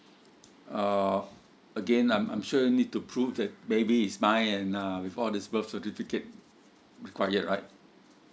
uh again I'm I'm sure need to prove that baby is mine and uh with all this birth certificate required right